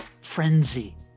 frenzy